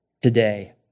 today